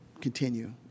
continue